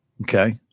Okay